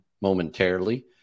momentarily